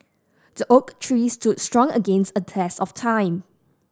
the oak tree stood strong against a test of time